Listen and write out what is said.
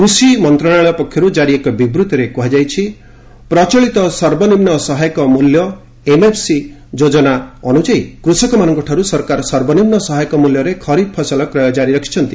କୃଷି ମନ୍ତ୍ରଣାଳୟ ପକ୍ଷରୁ କାରି ଏକ ବିବୃତ୍ତିରେ କୁହାଯାଇଛି ପ୍ରଚଳିତ ସର୍ବନିମ୍ନ ସହାୟକ ମୂଲ୍ୟ ଏମ୍ଏସ୍ପି ଯୋଜନା ଅନୁଯାୟୀ କୁଷକମାନଙ୍କଠାରୁ ସରକାର ସର୍ବନିମ୍ନ ସହାୟକ ମୂଲ୍ୟରେ ଖରିଫ୍ ଫସଲ କ୍ରୟ ଜାରି ରଖିଛନ୍ତି